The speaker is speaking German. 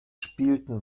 spielten